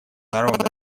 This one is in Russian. народа